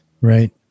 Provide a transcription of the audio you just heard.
Right